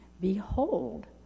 behold